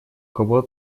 кого